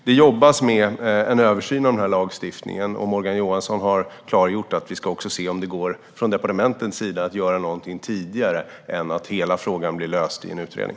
Det arbetas med en översyn av lagstiftningen, och Morgan Johansson har klargjort att vi också ska se om det från departementens sida går att göra någonting tidigare i stället för att hela frågan måste lösas i en utredning.